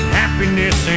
happiness